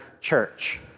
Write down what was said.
church